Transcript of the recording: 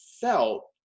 felt